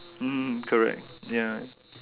mm correct ya